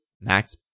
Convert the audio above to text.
max